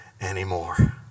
anymore